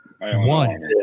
one